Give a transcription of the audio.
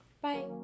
bye